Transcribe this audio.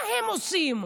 מה הם עושים?